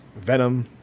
Venom